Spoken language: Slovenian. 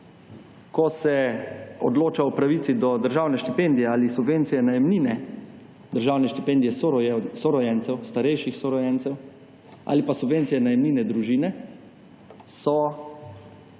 ko se odloča o pravici do državne štipendije ali subvencije najemnine, državne štipendije sorojencev, starejših sorojencev, ali pa subvencije najemnine družine, so ali